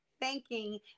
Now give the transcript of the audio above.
thanking